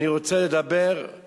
אני רוצה לדבר על